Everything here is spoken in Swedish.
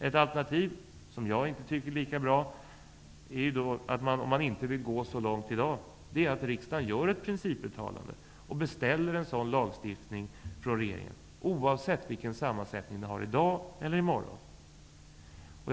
Ett alternativ, även om jag inte tycker att det är lika bra, är att riksdagen -- såvida den inte vill gå så långt i dag -- gör ett principuttalande och beställer en sådan lagstiftning från regeringen, oavsett vilken sammansättning denna har nu eller i framtiden.